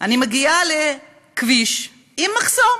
אני מגיעה לכביש עם מחסום.